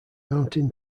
mountain